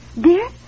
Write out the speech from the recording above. Dear